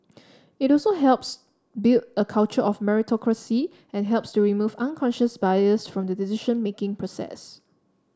it also helps build a culture of meritocracy and helps to remove unconscious bias from the decision making process